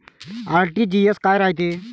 RTGS काय रायते?